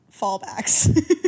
fallbacks